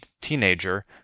teenager